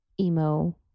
emo